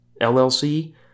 LLC